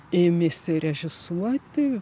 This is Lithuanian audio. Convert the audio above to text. ėmėsi režisuoti